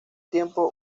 tiempo